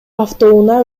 автоунаа